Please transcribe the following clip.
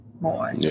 more